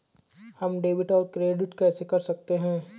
हम डेबिटऔर क्रेडिट कैसे कर सकते हैं?